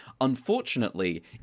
Unfortunately